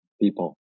people